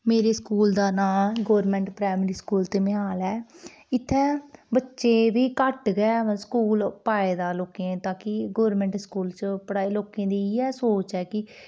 मेरे स्कूल दा नांऽ गौरमेंट प्राईमरी स्कूल धमेआल ऐ इत्थें बच्चे बी घट्ट गै स्कूल पाए लोकें ताकि गौरमेंट स्कूल च पढ़ाई लोकें दी इ'यै सोच ऐ कि